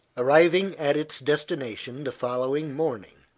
arriving at its destination the following morning.